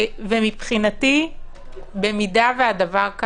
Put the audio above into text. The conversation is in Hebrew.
מבחינתי, אם כך הדבר,